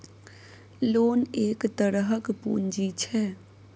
loan एक तरहक पुंजी छै